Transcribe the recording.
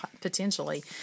potentially